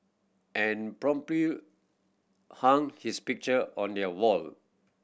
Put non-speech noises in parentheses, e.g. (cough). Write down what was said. and (unintelligible) hung his picture on their wall